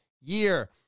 year